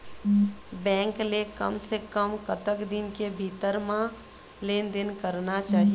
Bank ले कम से कम कतक दिन के भीतर मा लेन देन करना चाही?